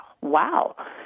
wow